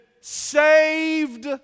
saved